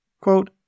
Quote